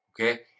Okay